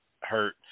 hurt